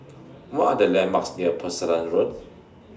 What Are The landmarks near Road